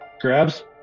grabs